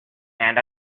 and